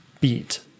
beat